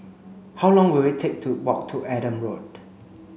how long will it take to walk to Adam Road